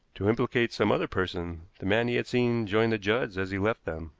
to implicate some other person the man he had seen join the judds as he left them.